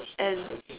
and